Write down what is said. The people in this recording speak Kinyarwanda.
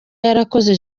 yarakoze